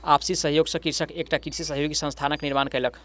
आपसी सहयोग सॅ कृषक एकटा कृषि सहयोगी संस्थानक निर्माण कयलक